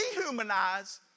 dehumanize